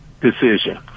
decision